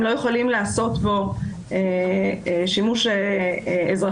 הם לא יכולים לעשות בו שימוש אזרחי,